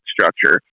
structure